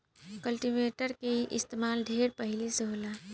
cultivator के इस्तमाल ढेरे पहिले से होता